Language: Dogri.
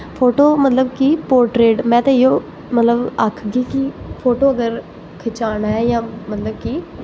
फोटो मतलब कि पोर्ट्रेट में ते इ'यो आखदी कि फोटो अगर खचाना ऐ जां मतलब कि